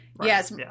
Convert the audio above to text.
Yes